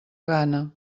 gana